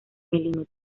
milímetros